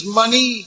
money